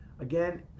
again